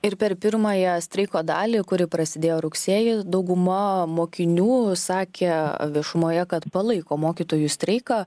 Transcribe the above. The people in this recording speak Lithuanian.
ir per pirmąją streiko dalį kuri prasidėjo rugsėjį dauguma mokinių sakė viešumoje kad palaiko mokytojų streiką